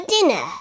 dinner